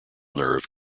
nerve